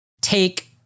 take